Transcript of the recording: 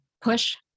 push